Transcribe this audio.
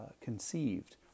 conceived